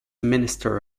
minister